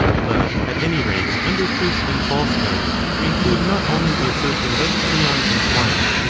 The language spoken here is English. but at any rate under truth and false hood we include not only the assertion that cleon is white,